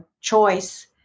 choice